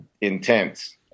intense